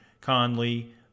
Conley